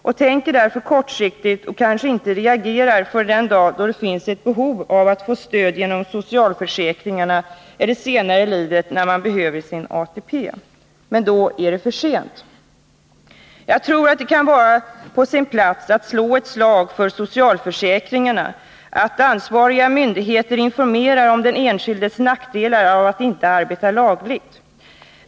De tänker kortsiktigt och reagerar kanske inte förrän den dag då det finns ett behov av att få stöd genom socialförsäkringarna eller senare i livet när man behöver sin ATP. Men då är det för sent. Jag tror att det kan vara på sin plats att slå ett slag för socialförsäkringarna, att ansvariga myndigheter informerar om den enskildes nackdelar av att inte arbeta lagligt.